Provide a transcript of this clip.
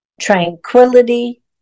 tranquility